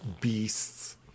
beasts